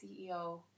CEO